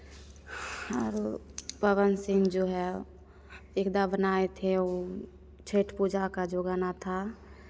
और वो पवन सिंह जो है एक दा बनाए थे ओ छठ पूजा का जो गाना था